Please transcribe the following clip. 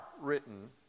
written